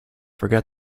forget